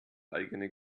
eigene